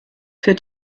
für